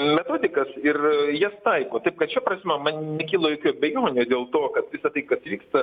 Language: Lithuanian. metodikas ir jas taiko taip kad šia prasme man nekilo jokių abejonių dėl to kad visa tai kas vyksta